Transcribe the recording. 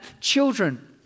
children